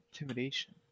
Intimidation